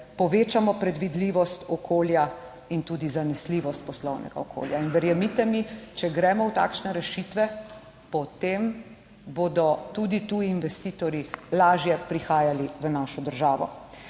povečamo predvidljivost okolja in tudi zanesljivost poslovnega okolja. In verjemite mi, če gremo v takšne rešitve, potem bodo tudi tuji investitorji lažje prihajali v našo državo.